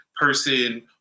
person